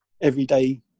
everyday